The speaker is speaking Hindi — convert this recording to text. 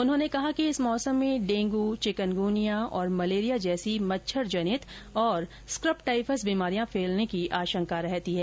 उन्होंने कहा कि इस मौसम में डेंगू चिकनगुनिया और मलेरिया जैसी मच्छर जनित और स्क्रब टाइफस बीमारियां फैलने की आशंका रहती हैं